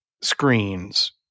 screens